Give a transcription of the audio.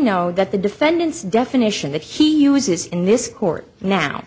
know that the defendant's definition that he uses in this court now